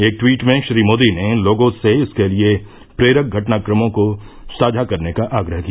एक ट्वीट में श्री मोदी ने लोगों से इसके लिए प्रेरक घटनाक्रमों को साझा करने का आग्रह किया